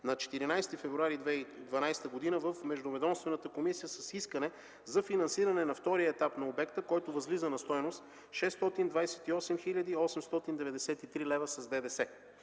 на 14 февруари тази година в междуведомствената комисия с искане за финансиране на втория етап на обекта, който възлиза на стойност 628 хил. 893 лв. с ДДС.